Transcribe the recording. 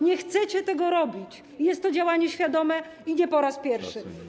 Nie chcecie tego robić i jest to działanie świadome, nie po raz pierwszy.